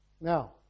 Now